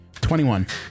21